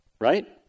Right